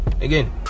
again